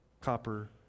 copper